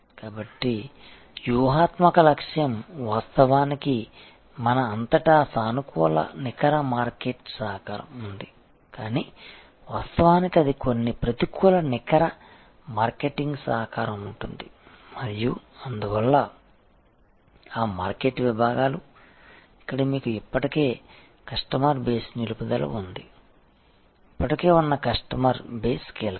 కాబట్టి వ్యూహాత్మక లక్ష్యం వాస్తవానికి మన అంతటా సానుకూల నికర మార్కెట్ సహకారం ఉంది కానీ వాస్తవానికి అది కొన్ని ప్రతికూల నికర మార్కెటింగ్ సహకారం ఉంటుంది మరియు అందువల్ల ఆ మార్కెట్ విభాగాలు ఇక్కడ మీకు ఇప్పటికే కస్టమర్ బేస్ నిలుపుదల ఉంది ఇప్పటికే ఉన్న కస్టమర్ బేస్ కీలకం